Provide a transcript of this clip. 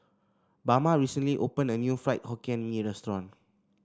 Bama recently opened a new Fried Hokkien Mee restaurant